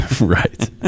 right